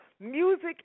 music